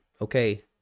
Okay